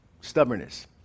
Stubbornness